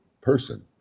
person